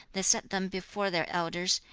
they set them before their elders,